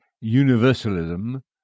universalism